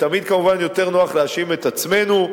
שתמיד כמובן יותר נוח להאשים את עצמנו,